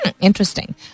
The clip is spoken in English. interesting